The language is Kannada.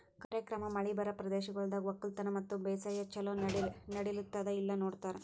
ಕಾರ್ಯಕ್ರಮ ಮಳಿ ಬರಾ ಪ್ರದೇಶಗೊಳ್ದಾಗ್ ಒಕ್ಕಲತನ ಮತ್ತ ಬೇಸಾಯ ಛಲೋ ನಡಿಲ್ಲುತ್ತುದ ಇಲ್ಲಾ ನೋಡ್ತಾರ್